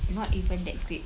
not even that great